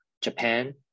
Japan